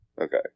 Okay